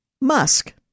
Musk